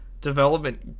development